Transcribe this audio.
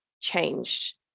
changed